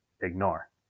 ignore